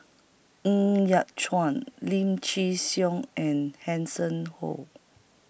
Ng Yat Chuan Lim Chin Siong and Hanson Ho